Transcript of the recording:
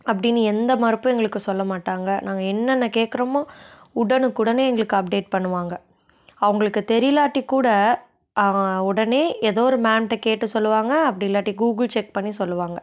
அப்படின்னு எந்த மறுப்பும் எங்களுக்கு சொல்ல மாட்டாங்க நாங்கள் என்னென்ன கேக்கிறமோ உடனுக்குடனே எங்களுக்கு அப்டேட் பண்ணுவாங்க அவங்களுக்கு தெரியிலாட்டிக்கூட உடனே ஏதோ ஒரு மேம்ட்டே கேட்டு சொல்வாங்க அப்படி இல்லாட்டி கூகுள் செக் பண்ணி சொல்வாங்க